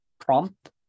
prompt